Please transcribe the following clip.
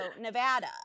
nevada